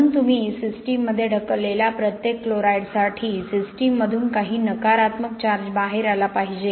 म्हणून तुम्ही सिस्टममध्ये ढकललेल्या प्रत्येक क्लोराइडसाठी सिस्टममधून काही नकारात्मक चार्ज बाहेर आला पाहिजे